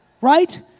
right